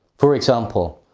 for example,